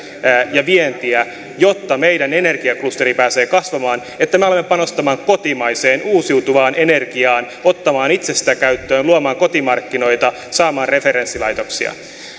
ja vientiä jotta meidän energiaklusteri pääsee kasvamaan että me alamme panostamaan kotimaiseen uusiutuvaan energiaan ottamaan itse sitä käyttöön luomaan kotimarkkinoita saamaan referenssilaitoksia